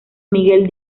miguel